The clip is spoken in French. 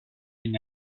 une